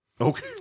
Okay